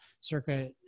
circa